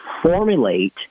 formulate